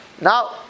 Now